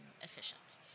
efficient